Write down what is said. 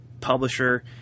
publisher